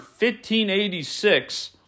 1586